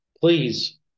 Please